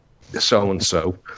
so-and-so